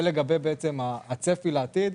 זה לגבי הצפי לעתיד.